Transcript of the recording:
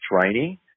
training